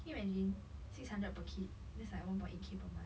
can you imagine six hundred per kid that's like one point eight K per month